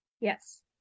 Yes